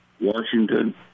washington